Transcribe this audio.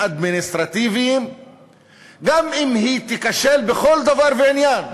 אדמיניסטרטיביים גם אם היא תיכשל בכל דבר ועניין.